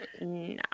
No